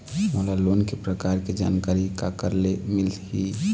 मोला लोन के प्रकार के जानकारी काकर ले मिल ही?